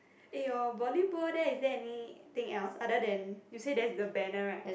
eh your volleyball there is anything else other than you said there is a banner right